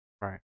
right